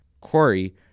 Quarry